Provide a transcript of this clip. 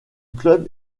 club